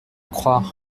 croire